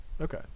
Okay